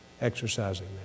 exercising